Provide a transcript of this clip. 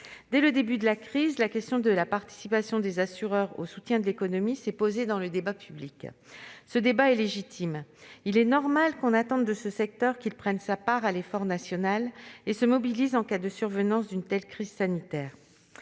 Dès le début de la crise, la question de la participation des assureurs au soutien de l'économie s'est posée dans le débat public. Ce débat est légitime. De fait, il est normal qu'on attende de ce secteur qu'il prenne sa part de l'effort national et se mobilise en cas de survenance d'une telle crise sanitaire.